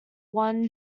won